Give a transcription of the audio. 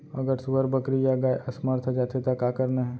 अगर सुअर, बकरी या गाय असमर्थ जाथे ता का करना हे?